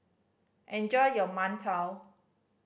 enjoy your mantou